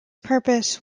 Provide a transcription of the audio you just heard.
purpose